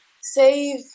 save